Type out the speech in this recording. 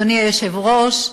אדוני היושב-ראש,